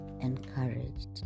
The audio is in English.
encouraged